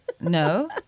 No